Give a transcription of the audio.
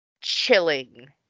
chilling